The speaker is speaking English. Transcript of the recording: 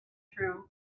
through